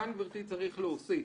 כאן, גבירתי, יש להוסיף: